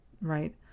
right